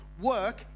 work